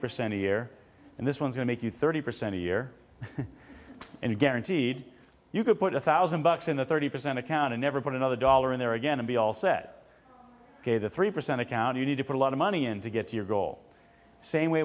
percent a year and this ones that make you thirty percent a year and guaranteed you could put a thousand bucks in a thirty percent account and never put another dollar in there again and be all said ok the three percent account you need to put a lot of money in to get to your goal same way